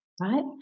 right